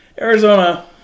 Arizona